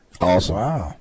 Awesome